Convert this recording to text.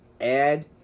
add